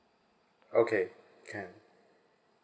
okay can